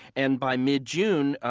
and by mid-june,